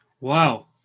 Wow